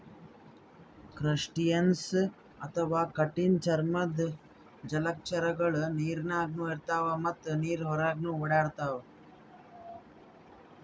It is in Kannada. ಕ್ರಸ್ಟಸಿಯನ್ಸ್ ಅಥವಾ ಕಠಿಣ್ ಚರ್ಮದ್ದ್ ಜಲಚರಗೊಳು ನೀರಿನಾಗ್ನು ಇರ್ತವ್ ಮತ್ತ್ ನೀರ್ ಹೊರಗನ್ನು ಓಡಾಡ್ತವಾ